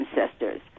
ancestors